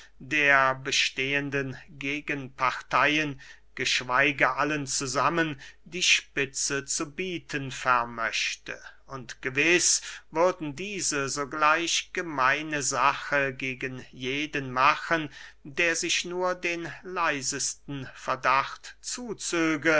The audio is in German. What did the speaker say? der bestehenden gegenparteyen geschweige allen zusammen die spitze zu bieten vermöchte und gewiß würden diese sogleich gemeine sache gegen jeden machen der sich nur den leisesten verdacht